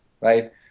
right